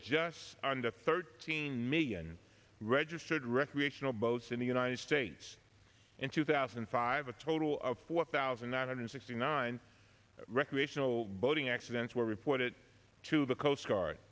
just on the thirteen million registered recreational boats in the united states in two thousand and five a total of four thousand nine hundred sixty nine recreational boating accidents were report it to the coast guard